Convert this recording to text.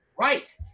Right